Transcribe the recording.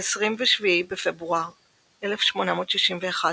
ב-27 בפברואר 1861,